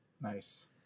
Nice